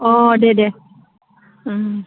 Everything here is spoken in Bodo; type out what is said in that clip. अ दे दे